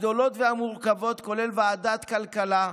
הגדולות והמורכבות, כולל ועדת כלכלה,